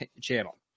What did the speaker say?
channel